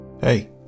Hey